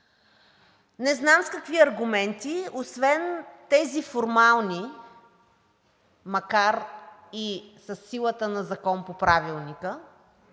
Не знам с какви аргументи – освен тези формалните, макар и със силата на закон по Правилника,